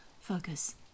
focus